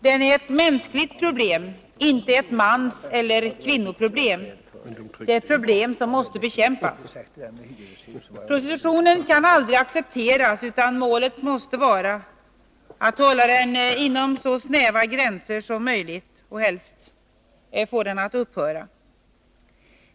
Den är ett mänskligt problem — inte ett manseller kvinnoproblem — som måste bekämpas. Prostitution kan aldrig accepteras, utan målet skall vara att försöka hålla den inom så snäva gränser som möjligt och helst få den att upphöra.